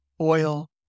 oil